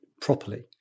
properly